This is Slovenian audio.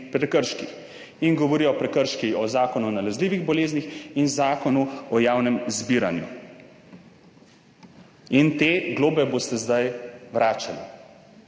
prekrških.« In govorijo o prekrški, o Zakonu o nalezljivih boleznih in Zakonu o javnih zbiranjih in te globe boste zdaj vračali.